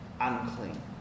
unclean